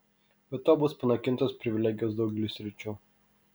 be to bus panaikintos privilegijos daugeliui sričių